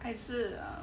还是